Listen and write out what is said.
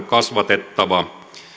kasvatettava